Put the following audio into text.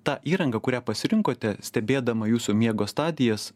ta įranga kurią pasirinkote stebėdama jūsų miego stadijas